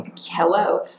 Hello